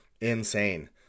insane